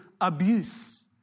abuse